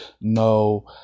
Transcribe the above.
no